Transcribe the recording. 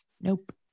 Nope